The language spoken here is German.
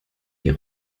wir